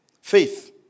Faith